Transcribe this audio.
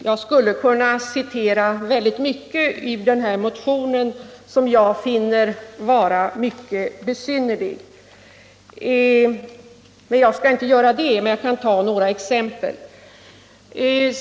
Jag skulle kunna citera åtskilligt ur centerpartimotionen, som jag finner mycket besynnerlig, men jag skall bara ta några exempel.